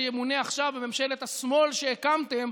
שימונה עכשיו בממשלת השמאל שהקמתם,